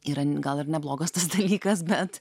yra gal ir neblogas tas dalykas bet